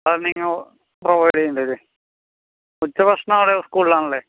അത് നിങ്ങൾ പ്രൊവൈഡ് ചെയ്യുമല്ലേ ഉച്ചഭക്ഷണം അവിടെ സ്കൂളിലാണല്ലേ